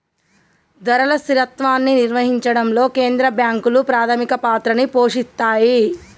ధరల స్థిరత్వాన్ని నిర్వహించడంలో కేంద్ర బ్యాంకులు ప్రాథమిక పాత్రని పోషిత్తాయ్